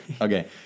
Okay